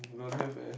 don't have eh